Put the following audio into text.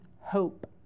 hope